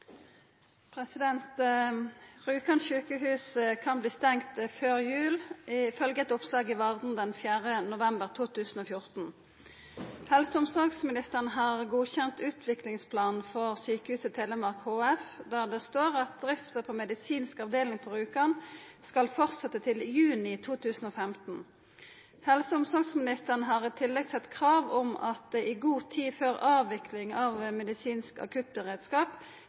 kan bli stengt før jul, ifølgje eit oppslag i Varden den 4. november 2014. Helse- og omsorgsministeren har godkjent Utviklingsplanen for Sykehuset Telemark HF der det står at drifta på medisinsk avdeling på Rjukan skal fortsette til juni 2015. Helse- og omsorgsministeren har i tillegg sett krav om at det i god tid før avvikling av medisinsk akuttberedskap